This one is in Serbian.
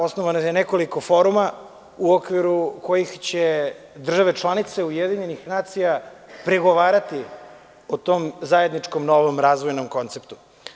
Osnovano je nekoliko foruma u okviru kojih će države članice UN pregovarati o tom zajedničkom novom razvojnom konceptu.